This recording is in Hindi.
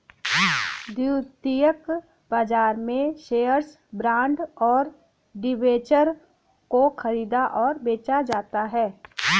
द्वितीयक बाजार में शेअर्स, बॉन्ड और डिबेंचर को ख़रीदा और बेचा जाता है